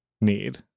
need